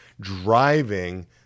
driving